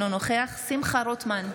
אינו נוכח שמחה רוטמן,